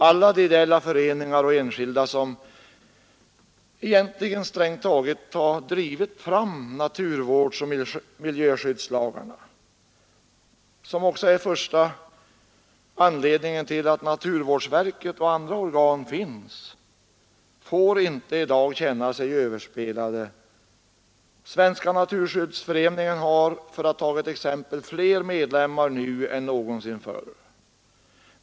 Alla ideella föreningar och enskilda som — egentligen strängt taget har drivit fram naturvårdsoch miljöskyddslagarna, som också är första anledningen till att naturvårdsverket och andra organ finns, får inte i dag känna sig överspelade. Svenska naturskyddsföreningen har, för att ta ett exempel, flera medlemmar nu än någonsin förr.